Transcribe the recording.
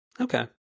okay